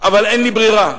אבל אין לי ברירה,